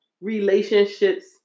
relationships